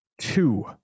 two